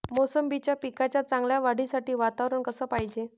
मोसंबीच्या पिकाच्या चांगल्या वाढीसाठी वातावरन कस पायजे?